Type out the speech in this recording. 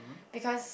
because